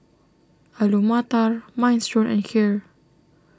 Alu Matar Minestrone and Kheer